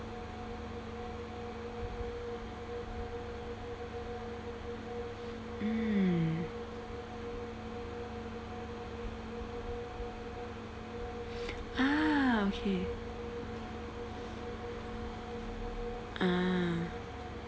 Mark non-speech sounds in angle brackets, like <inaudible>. mm <breath> ah okay ah